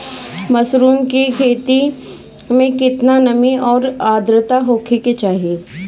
Mushroom की खेती में केतना नमी और आद्रता होखे के चाही?